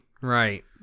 Right